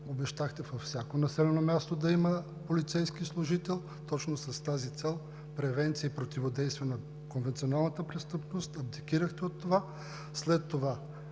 обещахте във всяко населено място да има полицейски служител точно с тази цел – превенция и противодействие на конвенционалната престъпност. Абдикирахте от това, а след това